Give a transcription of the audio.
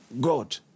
God